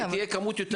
הכמות תהיה קטנה יותר.